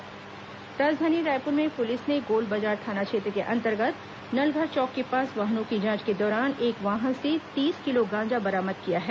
गांजा बरामद राजधानी रायपुर में पुलिस ने गोल बाजार थाना क्षेत्र के अंतर्गत नलघर चौक के पास वाहनों की जांच के दौरान एक वाहन से तीस किलो गांजा बरामद किया है